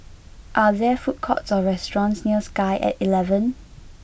are there food courts or restaurants near Sky at eleven